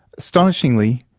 astonishingly,